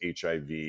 HIV